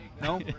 no